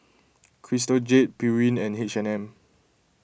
Crystal Jade Pureen and H and M